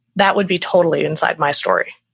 that would be totally inside my story.